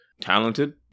talented